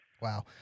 Wow